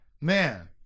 man